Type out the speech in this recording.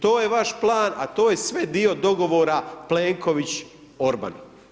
To je vaš plan, a to je sve dio dogovora Plenković – Orban.